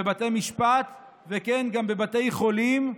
בבתי משפט וגם בבתי חולים,